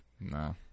No